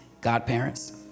Godparents